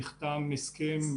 נחתם הסכם,